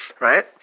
right